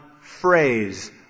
phrase